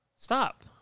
Stop